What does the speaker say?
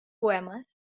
poemes